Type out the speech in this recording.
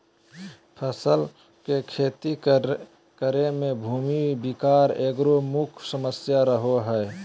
फसल के खेती करे में भूमि विकार एगो मुख्य समस्या रहो हइ